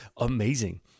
amazing